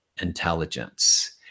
intelligence